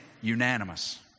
unanimous